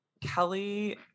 Kelly